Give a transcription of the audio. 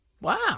Wow